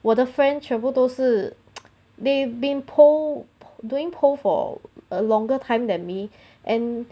我的 friend 全部都是 they've been pole doing pole for a longer time than me and